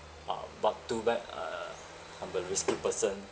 ah but too bad uh on the risky person